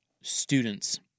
students